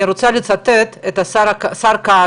אני רוצה לצטט את השר כהנא,